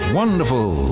wonderful